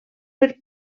per